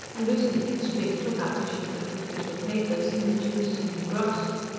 and loosening its string took out a sheaf of official papers, in which he was soon engrossed.